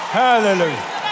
hallelujah